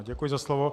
Děkuji za slovo.